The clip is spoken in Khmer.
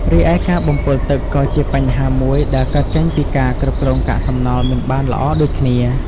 រីឯការបំពុលទឹកក៏ជាបញ្ហាមួយដែលកើតចេញពីការគ្រប់គ្រងកាកសំណល់មិនបានល្អដូចគ្នា។